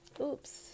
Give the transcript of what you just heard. Oops